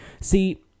See